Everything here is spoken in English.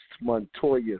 Montoya